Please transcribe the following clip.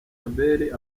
albert